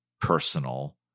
personal